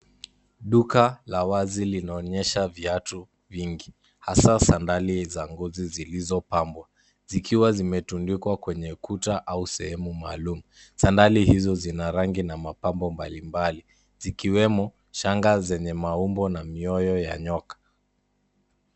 Duka la wazi linaonyesha viatu vingi hasa sandali za ngozi zilizopambwa zikiwa zimetundikwa kwenye kuta au sehemu maalum. Sandali hizo zina rangi na mapambo mbalimbali zikiwemo shanga zenye maumbo na mioyo ya nyoka.